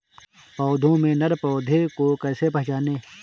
पौधों में नर पौधे को कैसे पहचानें?